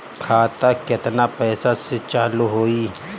खाता केतना पैसा से चालु होई?